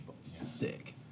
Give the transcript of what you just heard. Sick